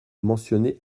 mentionnés